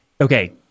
okay